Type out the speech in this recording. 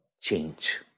change